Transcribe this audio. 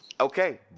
Okay